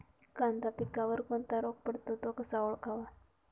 कांदा पिकावर कोणता रोग पडतो? तो कसा ओळखावा?